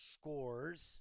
scores